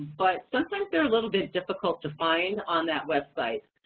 but sometimes they're a little bit difficult to find on that website.